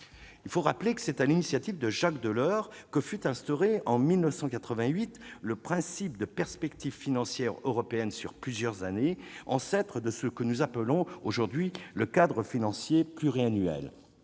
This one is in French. Il faut le rappeler, c'est sur l'initiative de Jacques Delors que fut instauré, en 1988, le principe de perspectives financières européennes sur plusieurs années, ancêtre de ce que nous appelons aujourd'hui le cadre financier pluriannuel.